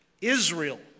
Israel